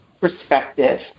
perspective